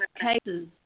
cases